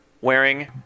wearing